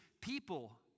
people